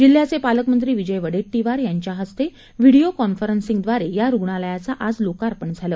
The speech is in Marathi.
जिल्ह्याचे पालकमंत्री विजय वडेट्टीवार यांच्या हस्ते विडिओ कॉन्फरन्सिंगद्वारे या रुग्णालयाचं आज लोकार्पण झालं